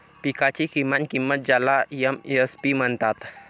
पिकांची किमान किंमत ज्याला एम.एस.पी म्हणतात